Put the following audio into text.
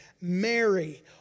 Mary